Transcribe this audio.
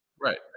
Right